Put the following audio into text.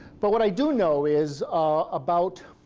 but what i do know is about